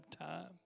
time